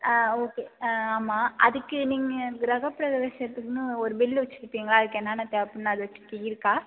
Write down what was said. ஆ okay ஆ ஆமாம் அதுக்கு நீங்கள் கிரகபிரவேசத்துக்குன்னு ஒரு பில்லு வச்சுருப்பீங்களா அதுக்கு என்னென்ன தேவைப்படுதுனு அது வச்சு அது இருக்கா